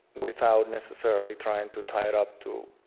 without necessarily trying to tie it up to,